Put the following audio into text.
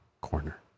Corner